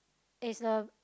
is a